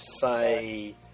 say